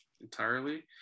entirely